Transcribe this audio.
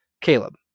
Caleb